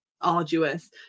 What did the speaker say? arduous